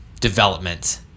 development